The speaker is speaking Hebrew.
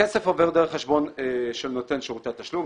הכסף עובר דרך חשבון של נותן שירותי התשלום,